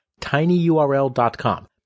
tinyurl.com